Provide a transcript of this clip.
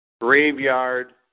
graveyard